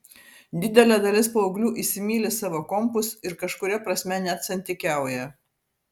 didelė dalis paauglių įsimyli savo kompus ir kažkuria prasme net santykiauja